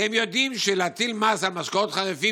כי הם יודעים שלהטיל מס על משקאות חריפים